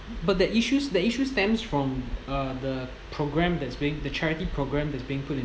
but that issues that issues stands from uh the programme that's being the charity programme that's being put in